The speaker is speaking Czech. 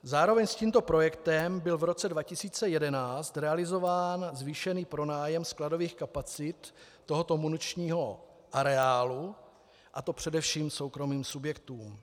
Zároveň s tímto projektem byl v roce 2011 realizován zvýšený pronájem skladových kapacit tohoto muničního areálu, a to především soukromým subjektům.